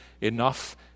enough